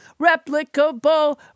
replicable